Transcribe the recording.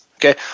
Okay